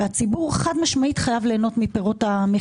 והציבור חד-משמעית חייב ליהנות מפירות המכירה הזאת.